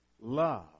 love